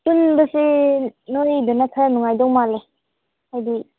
ꯄꯨꯟꯕꯁꯦ ꯅꯣꯏꯗꯅ ꯈ꯭ꯔꯥ ꯅꯨꯡꯉꯥꯏꯗꯧ ꯃꯥꯜꯂꯦ ꯍꯥꯏꯗꯤ